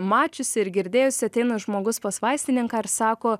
mačiusi ir girdėjusi ateina žmogus pas vaistininką ir sako